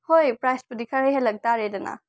ꯍꯣꯏ ꯄ꯭ꯔꯥꯏꯄꯨꯗꯤ ꯈꯔ ꯍꯦꯜꯂꯛꯇꯥꯔꯦꯗꯅ